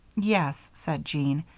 yes, said jean,